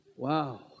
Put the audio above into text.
Wow